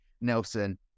Nelson